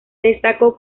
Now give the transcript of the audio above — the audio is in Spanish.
destacó